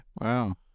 Wow